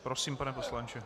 Prosím, pane poslanče.